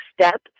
step